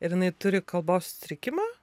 ar jinai turi kalbos sutrikimą